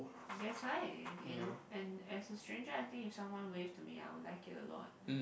that's why you know and as a stranger I think if someone wave to me I would like it a lot